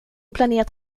planet